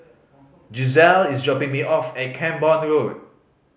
Gisselle is dropping me off at Camborne Road